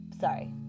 sorry